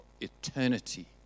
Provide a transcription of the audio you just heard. eternity